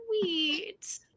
sweet